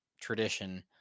tradition